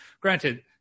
granted